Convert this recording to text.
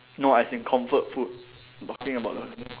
no as in comfort food I'm talking about the ques~